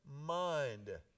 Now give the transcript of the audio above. mind